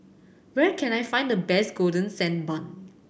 where can I find the best Golden Sand Bun